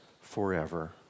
forever